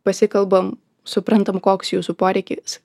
pasikalbam suprantam koks jūsų poreikis